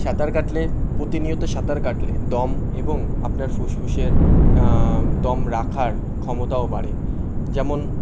সাঁতার কাটলে প্রতিনিয়ত সাঁতার কাটলে দম এবং আপনার ফুসফুসের দম রাখার ক্ষমতাও বাড়ে যেমন